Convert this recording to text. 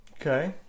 Okay